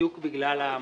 בדיוק בגלל המצב